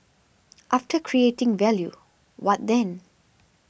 after creating value what then